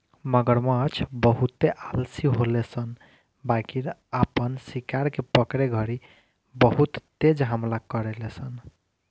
मगरमच्छ बहुते आलसी होले सन बाकिर आपन शिकार के पकड़े घड़ी बहुत तेज हमला करेले सन